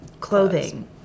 clothing